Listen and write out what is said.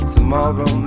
Tomorrow